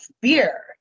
beer